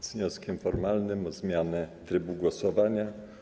Z wnioskiem formalnym o zmianę trybu głosowania.